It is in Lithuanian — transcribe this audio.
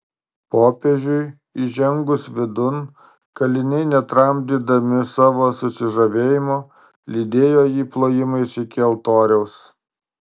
popiežiui įžengus vidun kaliniai netramdydami savo susižavėjimo lydėjo jį plojimais iki altoriaus